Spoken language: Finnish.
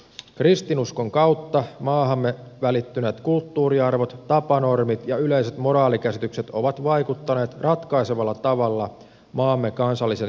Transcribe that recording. kristinuskon kautta maahamme välittyneet kulttuuriarvot tapanormit ja yleiset moraalikäsitykset ovat vaikuttaneet ratkaisevalla tavalla maamme kansallisen identiteetin ja elämänmuodon muovautumiseen